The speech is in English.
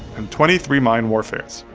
and twenty three mine warfares.